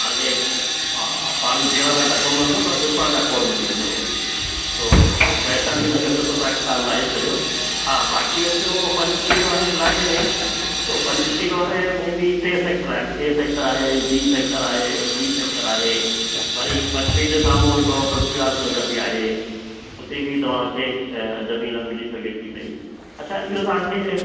तव्हांखे हा पाणी पीअण लाइ त कोन्ह मिलंदो पर ॾिसण लाइ खोड़ मिली वेंदो हली थो वैशाली नगर जो त तव्हां ख्याल लाहे छॾियो हा बाक़ी अचो पंचशील वारे इलाइक़े में ॾिसो पंचशील वारे में बि टे सैक्टर आहिनि ए सैक्टर आहे बी सैक्टर आहे सी सैक्टर आहे वरी पंचशील जे साम्हूं हिकिड़ो पृथ्वी व्यास नगर बि आहे उते बि तव्हांखे अ जमीन मिली सघे थी पई अच्छा इहो तव्हांखे